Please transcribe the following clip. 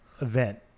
event